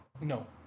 no